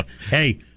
Hey